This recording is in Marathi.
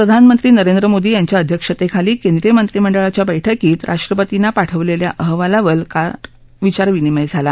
प्रधानमत्ती नरेन्द्र मोदी याच्या अध्यक्षतेखाली केंद्रीय मत्त्रिमिद्धकाच्या बैठकीत राष्ट्रपतींना पाठवलेल्या अहवालावर विचार विनिमय झाला